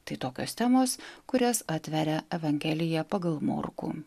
tai tokios temos kurias atveria evangelija pagal morkų